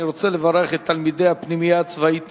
אני רוצה לברך את תלמידי הפנימייה הצבאית